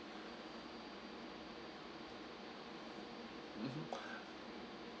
mmhmm